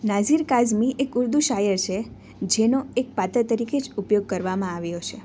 નાઝિર કાઝમી એક ઉર્દૂ શાયર છે જેનો એક પાત્ર તરીકે જ ઉપયોગ કરવામાં આવ્યો છે